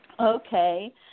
Okay